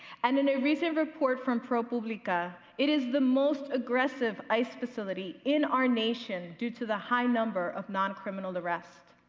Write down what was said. and, in a recent report from probulica, it is the most aggressive ice facility in our nation due to the high number of non-criminal arrests.